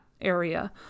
area